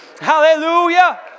Hallelujah